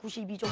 she but